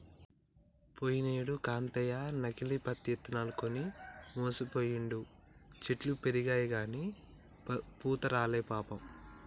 పోయినేడు కాంతయ్య నకిలీ పత్తి ఇత్తనాలు కొని మోసపోయిండు, చెట్లు పెరిగినయిగని పూత రాలే పాపం